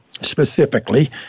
specifically